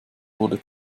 wurde